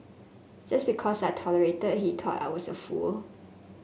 just because I tolerated he thought I was a fool